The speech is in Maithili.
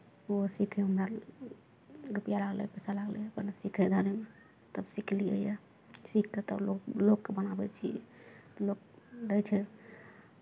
ओहो सीखयमे हमरा रुपैआ लागलै पैसा लागलै अपन सीखय जानयमे तब सिखलियैए सीखि कऽ तब लोक लोकके बनाबै छियै लोक दै छै